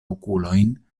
okulojn